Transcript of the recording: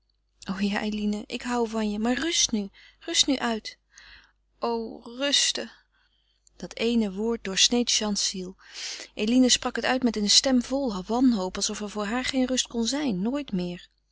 ja eline ik hoû van je maar rust nu rust nu uit o rusten dat eene woord doorsneed jeanne's ziel eline sprak het uit met eene stem vol wanhoop alsof er voor haar geen rust kon zijn nooit meer